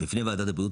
בפני ועדת הבריאות,